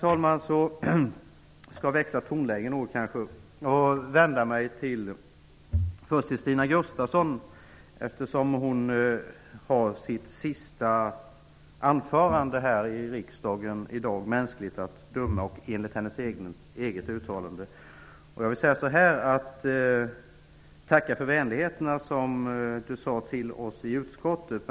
Jag skall slutligen växla tonläge något och först vända mig till Stina Gustavsson, eftersom hon i dag, mänskligt att döma och enligt hennes eget uttalande, har hållit sitt sista anförande här i riksdagen. Jag tackar för vänligheterna som du sade till oss i utskottet.